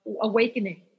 awakening